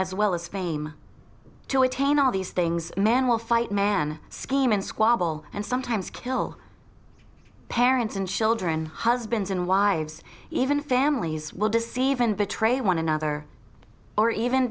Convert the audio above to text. as well as fame to attain all these things men will fight men scheme and squabble and sometimes kill parents and children husbands and wives even families will deceive and betray one another or even